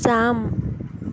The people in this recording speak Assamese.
যাম